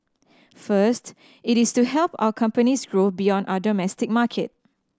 first it is to help our companies grow beyond our domestic market